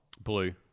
Blue